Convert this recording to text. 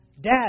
Dad